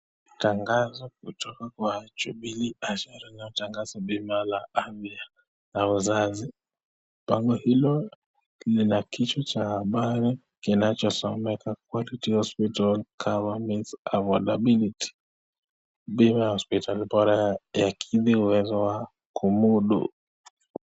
Tangazo kutoka kwa jubilee . Linatangaza bima la afya na uzazi . Bima hilo Lina kichwa cha abari kinachosomeka ( quality hospital government s availability) bima ya hospitali yakiri huwezo Wa kumudu.